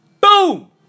Boom